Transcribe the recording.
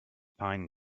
pine